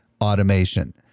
automation